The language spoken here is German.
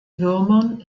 würmern